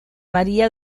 maría